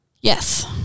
Yes